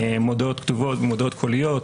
מודעות קוליות,